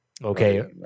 Okay